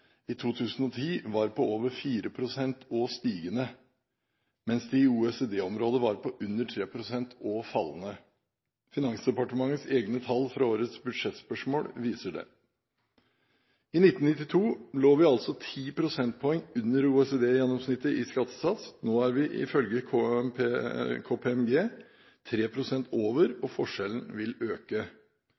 i 2010 var på over 4 pst. og stigende, mens det i OECD-området var på under 3 pst. og fallende. Finansdepartementets egne tall fra årets budsjettspørsmål viser det. I 1992 lå vi altså 10 prosentpoeng under OECD-gjennomsnittet i skattesats. Nå er vi ifølge KPMG 3 pst. over, og forskjellen vil øke.